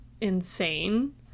insane